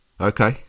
Okay